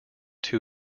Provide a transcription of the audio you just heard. two